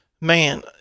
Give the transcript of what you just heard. man